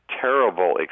terrible